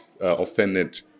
offended